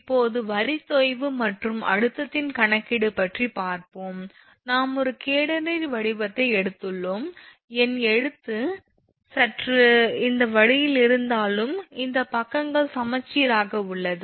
இப்போது வரி தொய்வு மற்றும் அழுத்தத்தின் கணக்கீடு பற்றி பார்ப்போம் நாம் ஒரு கேடனரி வடிவத்தை எடுத்துள்ளோம் என் கையெழுத்து சற்று இந்த வழியில் இருந்தாலும் இந்த பக்கங்கள் சமச்சீர் ஆக உள்ளது